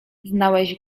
znałeś